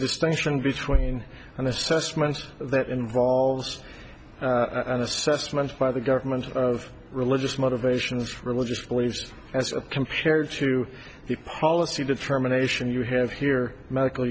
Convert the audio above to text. distinction between an assessment that involves an assessment by the government of religious motivations for religious beliefs as compared to the policy determination you have here medical